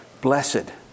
Blessed